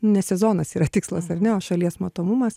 ne sezonas yra tikslas ar ne o šalies matomumas